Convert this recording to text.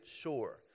Shore